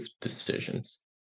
decisions